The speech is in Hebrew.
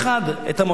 את המועצות האזוריות.